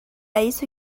isso